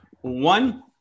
one